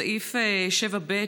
סעיף 7(ב),